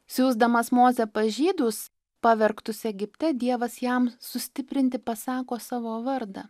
siųsdamas mozę pas žydus pavergtus egipte dievas jam sustiprinti pasako savo vardą